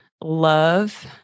love